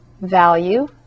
value